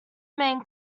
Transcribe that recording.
main